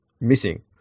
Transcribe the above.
missing